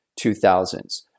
2000s